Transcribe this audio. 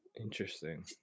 Interesting